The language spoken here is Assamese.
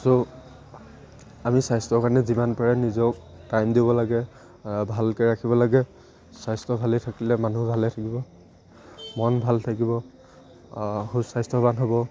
চ' আমি স্বাস্থ্যৰ কাৰণে যিমান পাৰে নিজক টাইম দিব লাগে ভালকৈ ৰাখিব লাগে স্বাস্থ্য ভালেই থাকিলে মানুহ ভালে থাকিব মন ভাল থাকিব সুস্বাস্থ্যৱান হ'ব